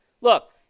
look